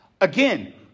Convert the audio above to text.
Again